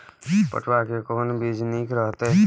पटुआ के कोन बीज निक रहैत?